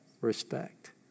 respect